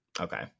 Okay